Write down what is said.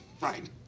Right